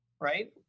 right